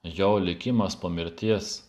jo likimas po mirties